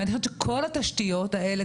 אני חושבת שכל התשתיות האלה,